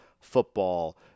football